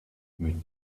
mit